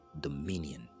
dominion